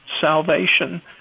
salvation